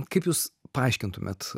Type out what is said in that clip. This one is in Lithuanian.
kaip jūs paaiškintumėt